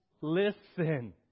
Listen